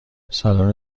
سالن